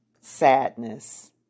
sadness